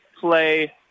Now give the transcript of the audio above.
play